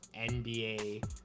NBA